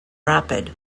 rapid